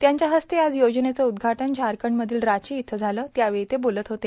त्यांच्या हस्ते आज या योजनेचं उद्घाटन झारखंडमधील रांची इथं झालं त्यावेळी ते बोलत होते